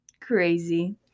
crazy